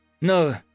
No